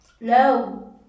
No